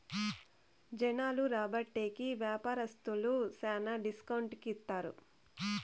జనాలు రాబట్టే కి వ్యాపారస్తులు శ్యానా డిస్కౌంట్ కి ఇత్తారు